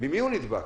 ממי הוא נדבק,